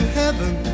heaven